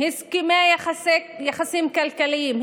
"הסכמי יחסים כלכליים",